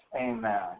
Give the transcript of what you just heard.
Amen